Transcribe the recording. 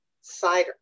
cider